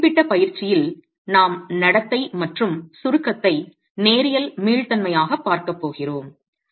இந்த குறிப்பிட்ட பயிற்சியில் நாம் நடத்தை மற்றும் சுருக்கத்தை நேரியல் மீள்தன்மையாகப் பார்க்கப் போகிறோம்